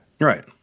Right